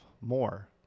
more